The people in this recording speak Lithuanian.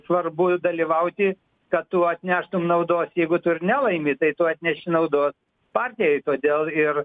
svarbu dalyvauti kad tu atneštum naudos jeigu tu ir nelaimi tai tu atneši naudą partijai todėl ir